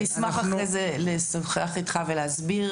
אני אשמח אחר כך לשוחח איתך ולהסביר.